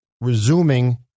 resuming